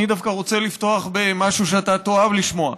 אני דווקא רוצה לפתוח במשהו שאתה תאהב לשמוע.